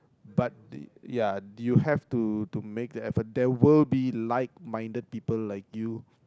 but they ya you have to to make the effort there will be like minded people like you